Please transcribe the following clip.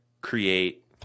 create